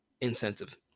incentive